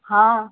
हाँ